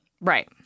Right